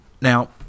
now